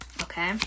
Okay